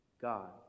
God